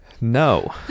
No